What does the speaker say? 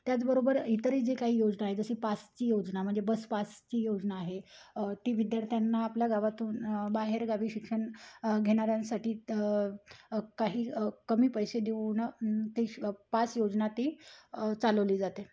त्याचबरोबर इतरही जे काही योजना आहे जशी पासची योजना म्हणजे बस पासची योजना आहे ती विद्यार्थ्यांना आपल्या गावातून बाहेरगावी शिक्षण घेणाऱ्यांसाठी काही कमी पैसे देऊन ते श पास योजना ती चालवली जाते